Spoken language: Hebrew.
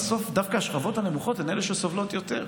בסוף דווקא השכבות הנמוכות הן שסובלות יותר.